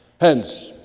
Hence